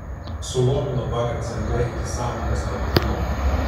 sulomino vakar centre iki sąmonės netekimo